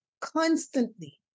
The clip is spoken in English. constantly